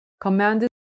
commanded